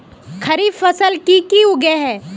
खरीफ फसल की की उगैहे?